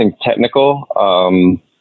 technical